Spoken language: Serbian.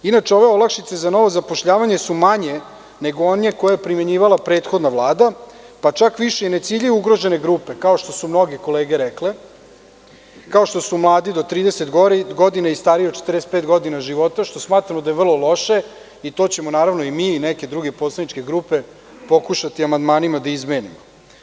Inače, ove olakšice za novo zapošljavanje su manje nego one koje je primenjivala prethodna Vlada, pa čak više i ne ciljaju ugrožene grupe, kao što su mnoge kolege rekle, kao što su mladi do 30 godina i stariji od 45 godina života, što smatramo da je vrlo loše i to ćemo i mi i neke druge poslaničke grupe pokušati amandmanima da izmenimo.